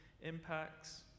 impacts